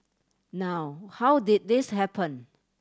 now how did this happen